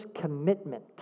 commitment